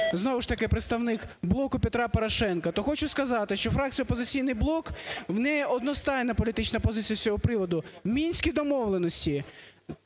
знову ж таки представник "Блоку Петра Порошенка", то хочу сказати, що фракція "Опозиційний блок", в неї одностайна політична позиція з цього приводу. Мінські домовленості,